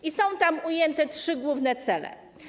I są tam ujęte trzy główne cele.